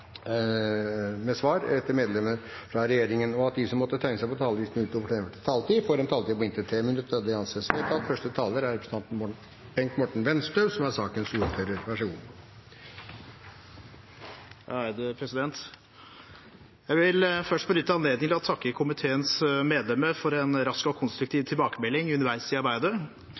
med svar etter innlegg fra partienes hovedtaler og tre replikker med svar etter medlem fra regjeringen innenfor den fordelte taletid. Videre blir det foreslått at de som måtte tegne seg på talerlisten utover den fordelte taletid, får en taletid på inntil 3 minutter. – Det anses vedtatt. Jeg vil først benytte anledningen til å takke komiteens medlemmer for en rask og